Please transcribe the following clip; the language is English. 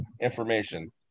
information